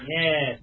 Yes